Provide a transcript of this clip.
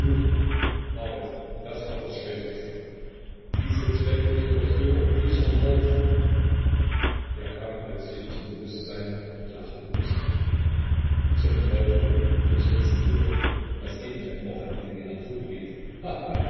marit das war das scheußlichste diese zwecklose zerstörung dieser mord er kam plötzlich zum bewußtsein und lachte boshaft zum teufel bin ich denn senil geworden was geht mich ein mord an den die natur begeht